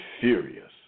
furious